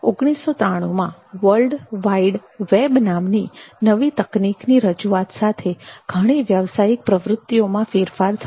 ૧૯૯૩માં world wide web નામની નવી તકનીકની રજૂઆત સાથે ઘણી વ્યવસાયિક પ્રવૃત્તિઓમાં ફેરફાર થયો